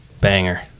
Banger